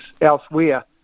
elsewhere